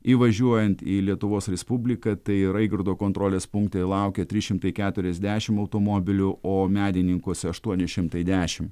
įvažiuojant į lietuvos respubliką tai raigardo kontrolės punkte laukia trys šimtai keturiasdešim automobilių o medininkuose aštuoni šimtai dešim